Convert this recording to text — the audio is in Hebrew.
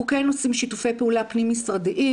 אנחנו כן עושים שיתופי פעולה פנים משרדיים